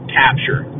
capture